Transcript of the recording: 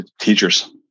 teachers